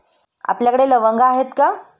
आपल्याकडे लवंगा आहेत का?